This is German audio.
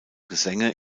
gesänge